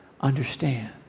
understand